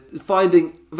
Finding